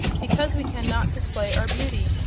because we can not display our beauty,